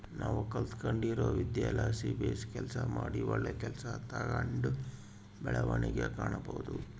ನಾವು ಕಲಿತ್ಗಂಡಿರೊ ವಿದ್ಯೆಲಾಸಿ ಬೇಸು ಕೆಲಸ ಮಾಡಿ ಒಳ್ಳೆ ಕೆಲ್ಸ ತಾಂಡು ಬೆಳವಣಿಗೆ ಕಾಣಬೋದು